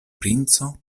princo